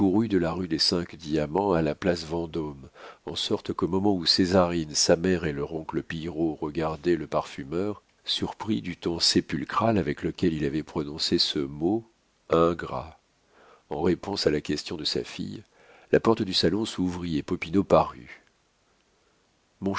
de la rue des cinq diamants à la place vendôme en sorte qu'au moment où césarine sa mère et leur oncle pillerault regardaient le parfumeur surpris du ton sépulcral avec lequel il avait prononcé ce mot ingrat en réponse à la question de sa fille la porte du salon s'ouvrit et popinot parut